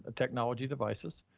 ah technology devices,